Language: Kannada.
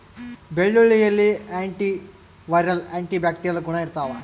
ಬೆಳ್ಳುಳ್ಳಿಯಲ್ಲಿ ಆಂಟಿ ವೈರಲ್ ಆಂಟಿ ಬ್ಯಾಕ್ಟೀರಿಯಲ್ ಗುಣ ಇರ್ತಾವ